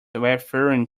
referring